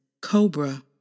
Cobra